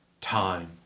TIME